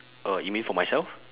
uh you mean for myself